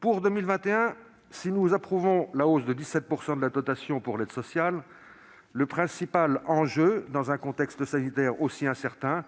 Pour 2021, si nous approuvons la hausse de 17 % de la dotation pour l'aide sociale, le principal enjeu dans un contexte sanitaire aussi incertain